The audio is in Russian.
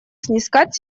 снискать